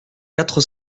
quatre